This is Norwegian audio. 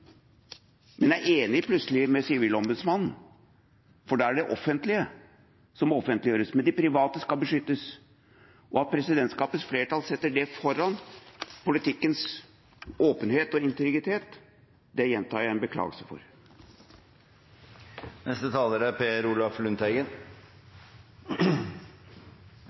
men man er plutselig enig med Sivilombudsmannen, at det er det offentlige som må offentliggjøres, men det private skal beskyttes. Og at presidentskapets flertall setter det foran politikkens åpenhet og integritet, gjentar jeg en beklagelse for.